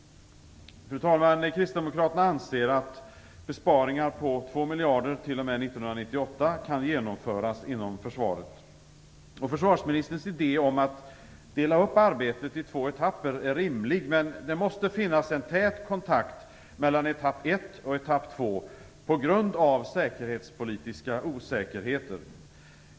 Fru talman! Kristdemokraterna anser att besparingar på två miljarder t.o.m. 1998 kan genomföras inom försvaret. Försvarsministerns idé om att dela upp arbetet i två etapper är rimlig, men det måste finnas en tät kontakt mellan etapp ett och etapp två, på grund av säkerhetspolitiska osäkerheter.